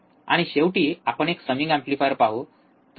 आणि शेवटी आपण एक समिंग एम्पलीफायर पाहू